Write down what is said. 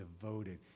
devoted